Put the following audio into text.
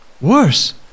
Worse